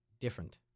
different